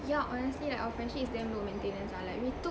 yeah honestly like our friendship is damn low maintenance ah like we took